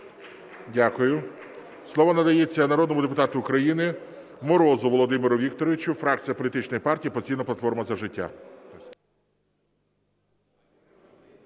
Дякую. Слово надається народному депутату України Морозу Володимиру Вікторовичу, фракція політичної партії "Опозиційна платформа – За життя".